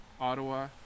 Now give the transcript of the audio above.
Ottawa